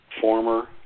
former